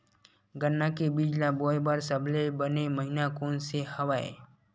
गन्ना के बीज ल बोय बर सबले बने महिना कोन से हवय?